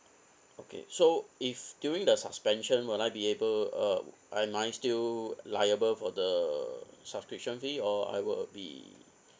okay so if during the suspension will I be able uh am I still liable for the subscription fee or I will be